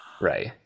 Right